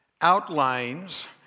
outlines